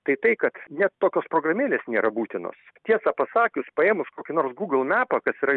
tai tai kad net tokios programėlės nėra būtinos tiesą pasakius paėmus kokį nors gūgl mepą kas yra